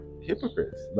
hypocrites